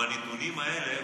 בנתונים האלה,